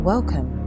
Welcome